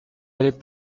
allait